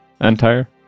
Entire